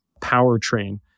powertrain